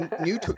new